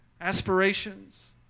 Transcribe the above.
aspirations